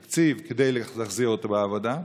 תקציב, כדי להחזיר אותם לעבודה.